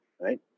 right